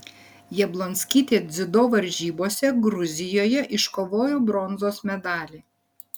jablonskytė dziudo varžybose gruzijoje iškovojo bronzos medalį